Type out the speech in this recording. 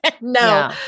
No